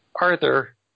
Arthur